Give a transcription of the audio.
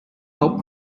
help